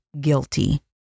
guilty